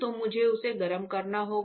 तो मुझे उसे गर्म करना होगा